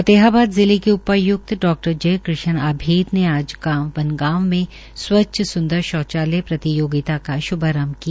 फतेहाबाद जिले के उपायुक्त डा जय कृष्ण आभीर ने आज गांव बनगांव में स्वच्छ सुंदर शौचालय प्रतियोगिता का श्भारंभ किया